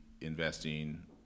investing